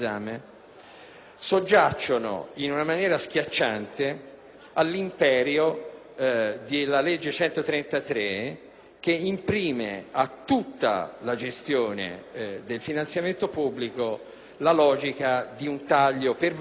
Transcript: soggiacciono in una maniera schiacciante all'imperio della legge n. 133 che imprime a tutta la gestione del finanziamento pubblico la logica di un taglio pervasivo,